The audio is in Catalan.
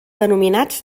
denominats